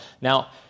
Now